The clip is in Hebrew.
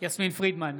יסמין פרידמן,